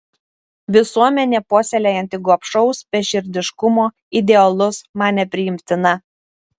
visuomenė puoselėjanti gobšaus beširdiškumo idealus man nepriimtina